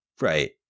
right